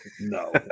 no